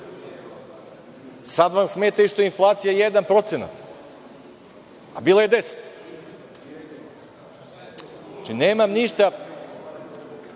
Sad vam smeta što je inflacija 1%, a bila je 10%. Znači, nemam ništa